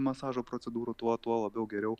masažo procedūrų tuo tuo labiau geriau